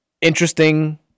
Interesting